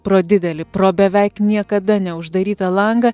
pro didelį pro beveik niekada neuždarytą langą